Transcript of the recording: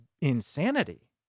insanity